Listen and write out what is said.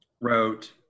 wrote